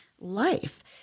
life